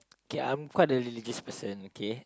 okay I'm quite a religious person okay